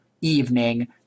evening